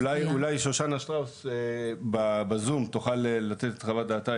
אולי שושנה שטראוס ב-zoom תוכל לתת את חוות דעתה,